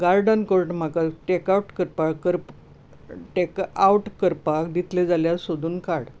garden court म्हाका take out करपाक दितले जाल्यार सोदून काड